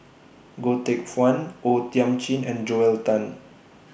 Goh Teck Phuan O Thiam Chin and Joel Tan